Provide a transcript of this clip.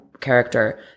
character